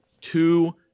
two